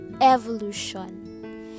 evolution